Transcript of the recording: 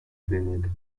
clinic